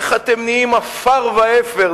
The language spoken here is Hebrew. איך אתם נהיים עפר ואפר?